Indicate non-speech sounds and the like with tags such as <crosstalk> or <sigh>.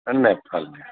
<unintelligible>